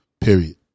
Period